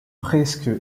presque